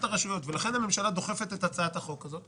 הרשויות ולכן הממשלה דוחפת את הצעת החוק הזאת,